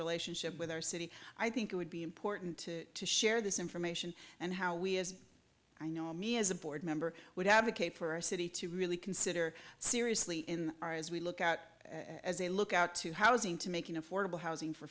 relationship with our city i think it would be important to share this information and how we as i know me as a board member would advocate for our city to really consider seriously in our as we look out as a lookout to housing to making affordable housing for